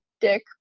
dick